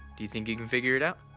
do you think you can figure it out?